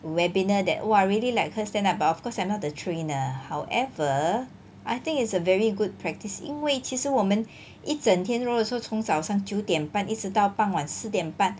webinar that !wah! really like her stand up but of course I'm not the trainer however I think is a very good practice 因为其实我们一整天如果说从早上九点半一直到傍晚四点半